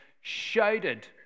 shouted